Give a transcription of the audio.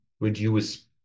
reduce